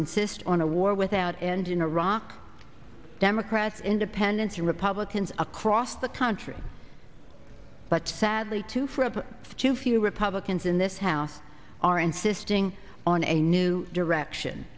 cyst on a war without end in iraq democrats independents and republicans across the country but sadly too for up to few republicans in this house are insisting on a new direction